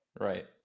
right